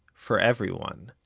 for everyone.